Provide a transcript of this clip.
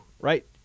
Right